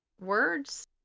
words